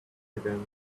again